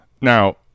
Now